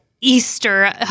Easter